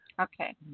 Okay